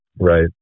Right